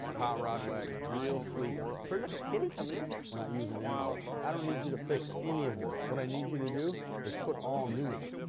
rod wagon, real sleeper. purred like a kitty coming in here. we're not using any of that. i don't need you to fix any of this. what i need you to do is put all new in it.